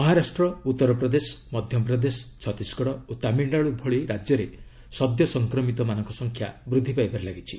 ମହାରାଷ୍ଟ୍ର ଉତ୍ତରପ୍ରଦେଶ ମଧ୍ୟପ୍ରଦେଶ ଛତିଶଗଡ ଓ ତାମିଲନାଡ଼ୁ ଭଳି ରାଜ୍ୟରେ ସଦ୍ୟ ସଂକ୍ରମିତମାନଙ୍କ ସଂଖ୍ୟା ବୃଦ୍ଧି ପାଇବାରେ ଲାଗିଛି